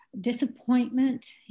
disappointment